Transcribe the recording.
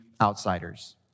outsiders